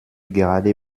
gerade